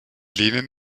lehnen